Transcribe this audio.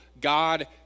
God